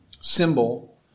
symbol